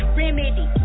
remedy